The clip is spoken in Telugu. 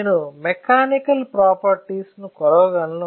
నేను మెకానికల్ ప్రాపర్టీస్ ను కొలవగలను